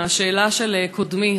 על השאלה של קודמי,